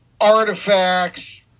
artifacts